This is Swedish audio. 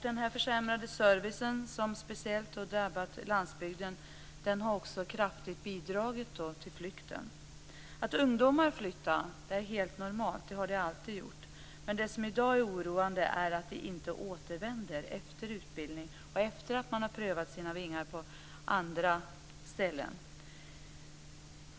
Den försämrade service som speciellt drabbar landsbygden har också kraftigt bidragit till flykten. Att ungdomar flyttar är helt normalt; det har de alltid gjort. Men det som i dag är oroande är att de inte återvänder efter utbildning och efter att de har prövat sina vingar på andra ställen.